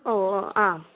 ഓ ഓ ആ